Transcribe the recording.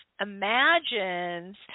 imagines